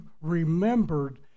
remembered